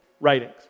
writings